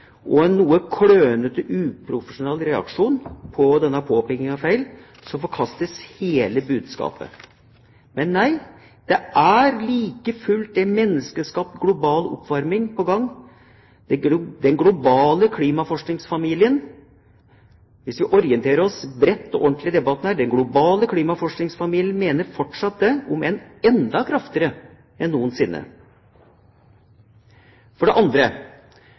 og en noe klønete, uprofesjonell reaksjon på denne påpekningen av feilene, forkastes hele budskapet. Men nei, det er like fullt en menneskeskapt global oppvarming på gang. Hvis vi orienterer oss bredt og ordentlig i denne debatten: Den globale klimaforskningsfamilien mener fortsatt det, om enn enda kraftigere enn noensinne. For det andre: